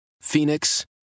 Phoenix